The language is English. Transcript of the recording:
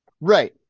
Right